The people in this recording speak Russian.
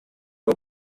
его